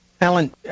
Alan